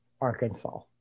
Arkansas